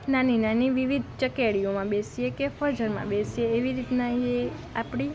નાની નાની વિવિધ ચકરડીઓમાં બેસીએ કે ફજરમાં બેસીએ એવી રીતના એ આપણી